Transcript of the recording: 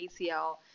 ACL